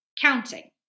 counting